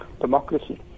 democracy